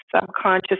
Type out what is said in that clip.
subconscious